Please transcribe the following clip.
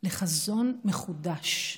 לחזון מחודש,